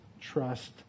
trust